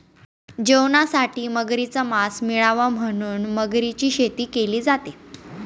जेवणासाठी मगरीच मास मिळाव म्हणून मगरीची शेती केली जाते